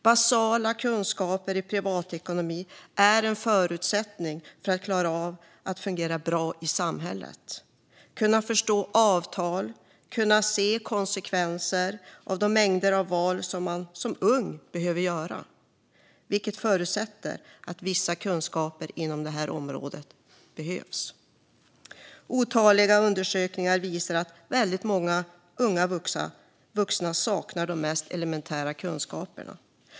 Basala kunskaper i privatekonomi är en förutsättning för att man ska fungera bra i samhället, förstå avtal och se konsekvenser av de mängder av val som man som ung behöver göra. Allt detta förutsätter vissa kunskaper inom området. Otaliga undersökningar visar att väldigt många unga vuxna saknar de mest elementära kunskaperna.